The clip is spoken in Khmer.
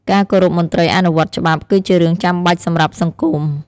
ការគោរពមន្ត្រីអនុវត្តច្បាប់ គឺជារឿងចាំបាច់សម្រាប់សង្គម។